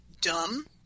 dumb